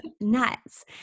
nuts